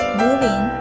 moving